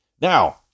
Now